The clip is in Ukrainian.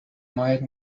мають